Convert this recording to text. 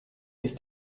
ist